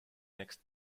next